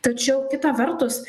tačiau kita vertus